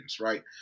right